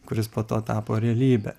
kuris po to tapo realybe